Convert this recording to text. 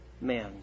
man